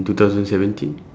two thousand seventeen